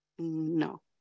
No